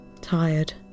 tired